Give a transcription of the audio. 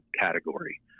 category